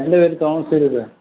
എൻ്റെ പേര് Thomas Philip